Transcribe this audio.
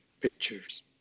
pictures